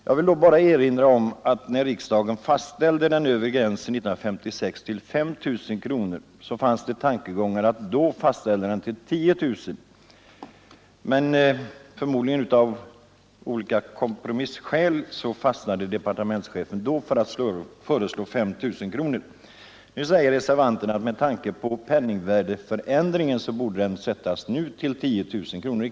Då vill jag erinra om att när riksdagen 1956 fastställde den övre gränsen till 5 000 kronor fanns det också förslag om att i stället ha 10 000 kronor som övre gräns. Då stannade emellertid departementschefen — förmodligen av kompromisskäl — för att föreslå 5 000 kronor. Nu säger reservanterna att med tanke på penningvärdeförsämringen kan de godta att den gränsen nu sätts till 10 000 kronor.